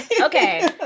Okay